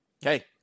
Hey